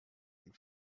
and